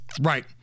Right